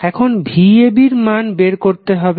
এখন vab এর মান বের করতে হবে